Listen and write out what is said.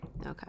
okay